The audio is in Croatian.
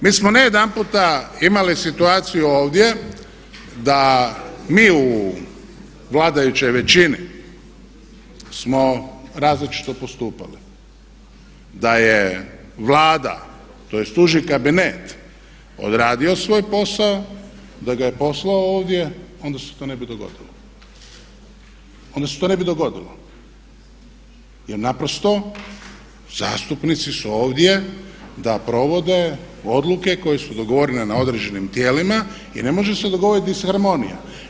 Mi smo ne jedanputa imali situaciju ovdje da mi u vladajućoj većini smo različito postupali, da je Vlada, tj. Uži kabinet odradio svoj posao, da ga je poslao ovdje, onda se to ne bi dogodilo. jer naprosto zastupnici su ovdje da provode odluke koje su dogovorene na određenim tijelima i ne može se dogoditi disharmonija.